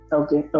okay